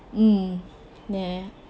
mm ya